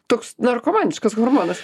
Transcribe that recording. toks narkomaniškas hormonas